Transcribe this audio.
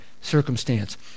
circumstance